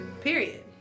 Period